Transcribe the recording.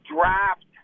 draft